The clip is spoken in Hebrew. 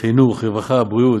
בחינוך, ברווחה, בבריאות.